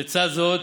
לצד זאת,